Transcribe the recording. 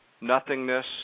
nothingness